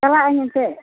ᱪᱟᱞᱟᱜ ᱟᱹᱧ ᱮᱱᱛᱮᱫ